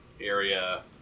area